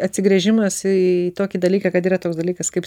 atsigręžimas į tokį dalyką kad yra toks dalykas kaip